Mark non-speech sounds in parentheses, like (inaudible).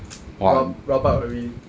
(noise) ra~ rabak already